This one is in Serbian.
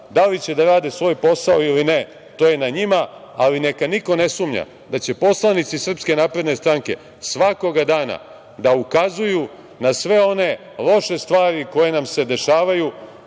Da li će da rade svoj posao ili ne, to je na njima. Ali, neka niko ne sumnja da će poslanici SNS svakoga dana da ukazuju na sve one loše stvari koje nam se dešavaju